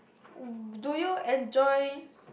w~ do you enjoy